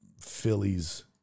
Phillies